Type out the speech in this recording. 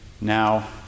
Now